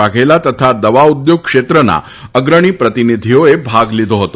વાઘેલા તથા દવા ઉદ્યોગો ક્ષેત્રના અગ્રણી પ્રતિનિધિઓએ ભાગ લીધો હતો